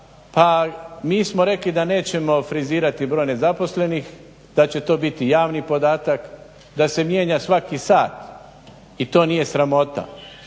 pa mi smo rekli da nećemo frizirati broj nezaposlenih, da će to biti javni podatak, da se mijenja svaki sat i to nije sramota.